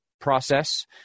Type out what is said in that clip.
process